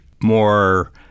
more